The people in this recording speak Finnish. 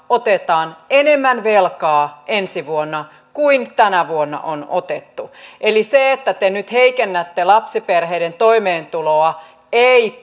otetaan enemmän velkaa ensi vuonna kuin tänä vuonna on otettu eli se että te nyt heikennätte lapsiperheiden toimeentuloa ei